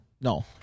No